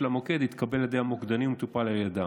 המוקד התקבל על ידי המוקדנים ומטופל על ידם.